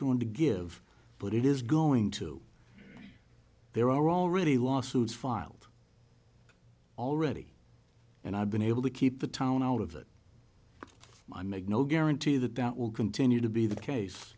going to give but it is going to there are already lawsuits filed already and i've been able to keep the tone out of it but i make no guarantee that that will continue to be the case